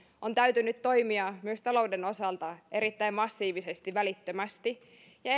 on täytynyt toimia myös talouden osalta erittäin massiivisesti välittömästi ja